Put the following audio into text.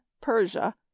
Persia